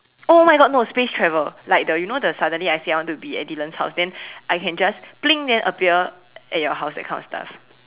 oh my god no space travel like the you know the suddenly I say I want to be at Dylan's house then I can just bling then appear at your house that kind of stuff